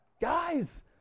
guys